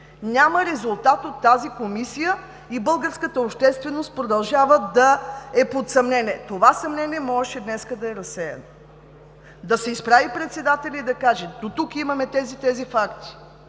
Няма резултат от тази Комисия и българската общественост продължава да е в съмнение. Това съмнение можеше днес да бъде разсеяно! Да се изправи председателят и да каже: „Дотук имаме тези и тези факти.